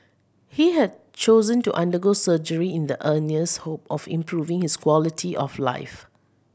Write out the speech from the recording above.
he had chosen to undergo surgery in the earnest hope of improving his quality of life